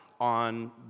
on